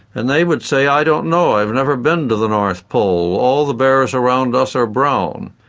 and they would say i don't know i've never been to the north pole all the bears around us are brown.